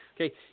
Okay